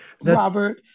Robert